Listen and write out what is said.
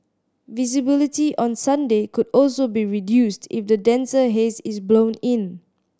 visibility on Sunday could also be reduced if the denser haze is blown in